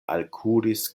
alkuris